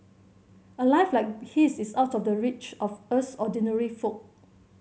a life like his is out of the reach of us ordinary folk